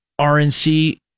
RNC